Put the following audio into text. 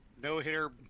No-hitter